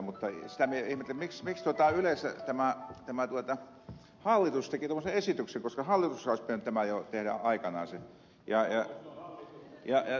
mutta sitä minä ihmettelen miksi yleensä hallitus teki tämmöisen esityksen koska hallituksenhan olisi pitänyt tämä jo tehdä aikanansa